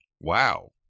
wow